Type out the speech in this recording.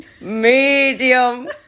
Medium